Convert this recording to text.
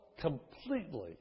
completely